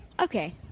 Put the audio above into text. Okay